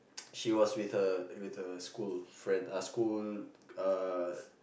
she was with her with her school friend uh school uh